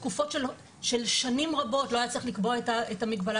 תקופות של שנים רבות לא היה צריך לקבוע את המגבלה